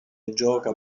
gioca